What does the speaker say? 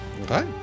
Okay